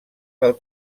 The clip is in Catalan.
del